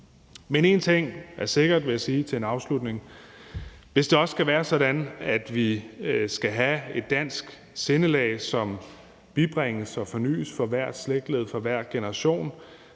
Men én ting er sikkert, vil jeg sige til en afslutning: Hvis det også skal være sådan, at vi skal have et dansk sindelag, som bibringes og fornyes for hvert slægtled, for hver generation,